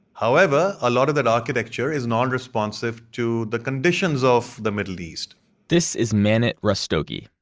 however, a lot of that architecture is non-responsive to the conditions of the middle east this is manit rastogi,